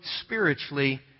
spiritually